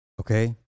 Okay